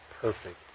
perfect